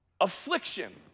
affliction